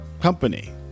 company